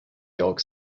york